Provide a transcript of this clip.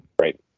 Right